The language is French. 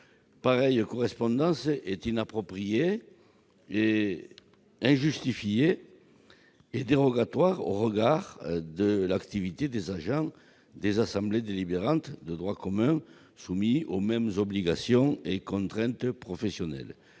pareille correspondance est inappropriée et injustifiée, car dérogatoire, au regard de l'activité des agents des assemblées délibérantes de droit commun, soumis aux mêmes obligations et contraintes professionnelles.